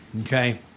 Okay